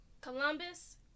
Columbus